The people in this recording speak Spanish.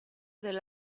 del